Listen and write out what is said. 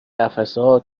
قفسهها